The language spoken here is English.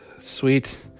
sweet